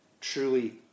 truly